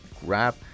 grab